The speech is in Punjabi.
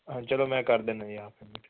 ਚਲੋ ਮੈਂ ਕਰ ਦਿੰਨਾ ਜੀ ਆਪ